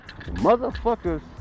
Motherfuckers